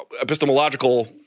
epistemological